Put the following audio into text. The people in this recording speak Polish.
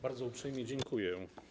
Bardzo uprzejmie dziękuję.